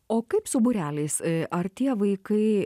o kaip su būreliais ar tie vaikai